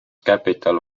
capital